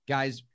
Guys